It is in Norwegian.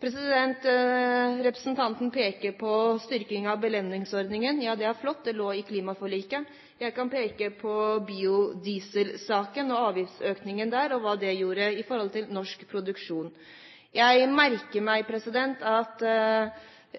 Representanten peker på styrking av belønningsordningen. Ja, det er flott, det lå i klimaforliket. Jeg kan peke på biodieselsaken og avgiftsøkningen der og hva det gjorde med norsk produksjon. Jeg merker